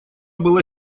была